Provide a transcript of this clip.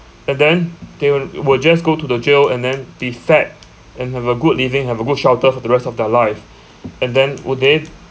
and then they will will just go to the jail and then be fed and have a good living have a good shelter for the rest of their life and then would they